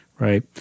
Right